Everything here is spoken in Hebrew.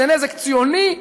וזה נזק ציוני,